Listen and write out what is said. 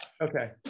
Okay